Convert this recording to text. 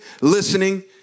listening